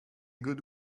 good